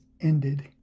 ended